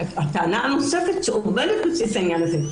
טענה נוספת שעומדת בבסיס העניין הזה,